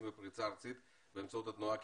בפריסה ארצית באמצעות התנועה הקיבוצית.